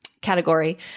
category